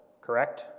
correct